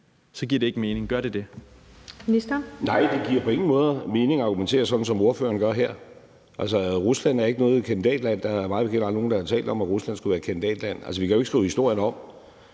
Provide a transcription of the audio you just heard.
(Lars Løkke Rasmussen): Nej, det giver på ingen måde mening at argumentere, sådan som ordføreren gør her. Altså, Rusland er ikke noget kandidatland, og der er mig bekendt aldrig nogen, der har talt om, at Rusland skulle være kandidatland. Vi kan jo ikke skrive historien om.